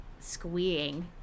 squeeing